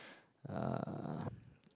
uh